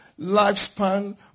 lifespan